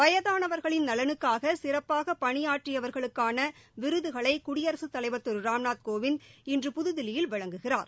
வயதானவர்களின் நலனுக்காக சிறப்பாக பணியாற்றியவர்களுக்கான விருதுகளை குடியரசுத் தலைவர் திரு ராம்நாத் கோவிந்த் இன்று புதுதில்லியில் வழங்குகிறார்